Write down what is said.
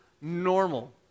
normal